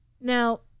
Now